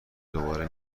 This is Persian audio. دوباره